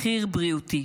מחיר בריאותי.